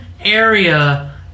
area